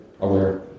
aware